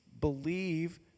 Believe